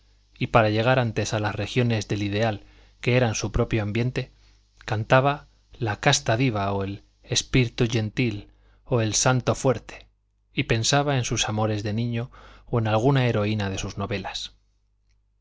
y para llegar antes a las regiones del ideal que eran su propio ambiente cantaba la casta diva o el spirto gentil o el santo fuerte y pensaba en sus amores de niño o en alguna heroína de sus novelas